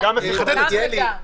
מלכיאלי,